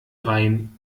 rhein